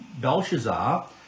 belshazzar